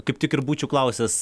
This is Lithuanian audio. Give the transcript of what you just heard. kaip tik ir būčiau klausęs